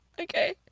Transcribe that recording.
okay